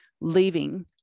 leaving